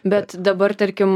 bet dabar tarkim